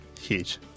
huge